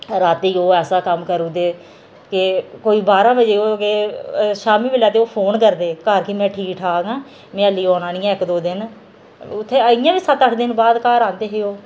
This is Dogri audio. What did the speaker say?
राती गै ओह् ऐसा कम्म करी ओड़दे के कोई बांरा बजे ओह् गे शामी बेल्लै ते ओह् फोन करदे घर कि में ठीक ठीक आं में हल्ली औना नेईं ऐ इक दो दिन उत्थे इ'यां बी सत्त अट्ठ दिन बाद घर आंदे हे ओह्